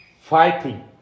Fighting